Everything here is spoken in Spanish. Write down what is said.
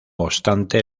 obstante